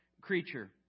creature